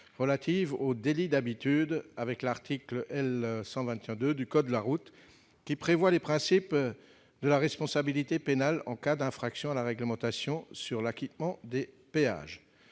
relatives au délit d'habitude avec celle de l'article L. 121-2 du code de la route, qui fixe les principes de la responsabilité pénale en cas d'infraction à la réglementation sur l'acquittement des péages.